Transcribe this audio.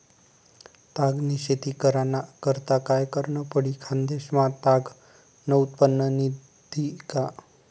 ताग नी शेती कराना करता काय करनं पडी? खान्देश मा ताग नं उत्पन्न निंघी का